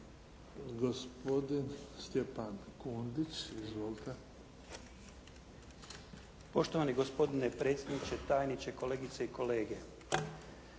**Kundić, Stjepan (HDZ)** Poštovani gospodine predsjedniče, tajniče, kolegice i kolege.